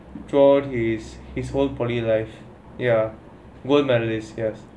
john is his whole polytechnic life ya gold medalist yes